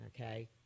Okay